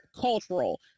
cultural